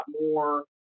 more